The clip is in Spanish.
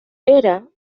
era